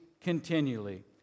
continually